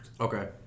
Okay